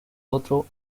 otro